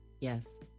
Yes